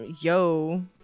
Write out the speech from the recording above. Yo